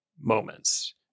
moments